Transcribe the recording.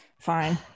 Fine